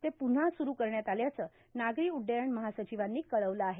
ते पुन्हा सुरू करण्यात आल्याचं नागरी उड्डयन महासचिवांनी कळवलं आहे